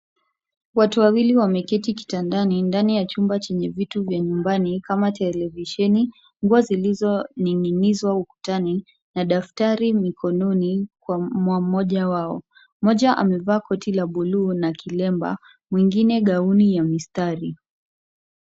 Watu wawili wameketi kitandani ndani ya chumba chenye vitu vya nyumbani kama televisheni, nguo zilizoning'inizwa ukutani na daftari mikononi mwa mmoja wao. Moja amevaa koti la buluu na kilemba mwingine gauni ya mistari.